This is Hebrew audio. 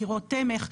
קירות תמך,